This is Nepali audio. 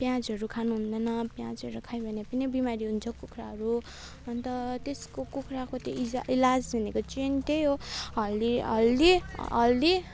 प्याजहरू खानु हुँदैन प्याजहरू खायो भने पनि बिमारी हुन्छ कुखुराहरू अनि त त्यसको कुखुराको त्यो इजा इलाज भनेको चाहिँ त्यही हो हल्दी हल्दी हल्दी